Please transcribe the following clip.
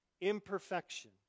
imperfection